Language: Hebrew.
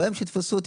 ביום שיתפסו אותי,